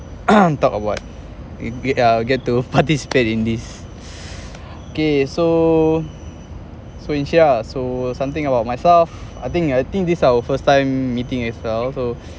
talk about um get get to participate in this okay so so insyirah so something about myself I think I think this is our first time meeting as well so